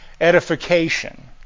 edification